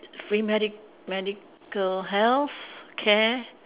free medic~ medical healthcare